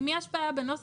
אם יש בעיה בנוסח,